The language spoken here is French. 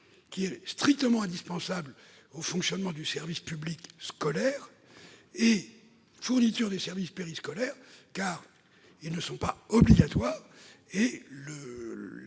locaux, strictement indispensable au fonctionnement du service public scolaire, et la fourniture des services périscolaires, car ces derniers ne sont pas obligatoires.